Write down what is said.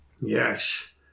Yes